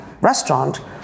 restaurant